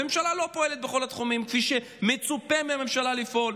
והממשלה לא פועלת בכל התחומים כפי שמצופה מהממשלה לפעול,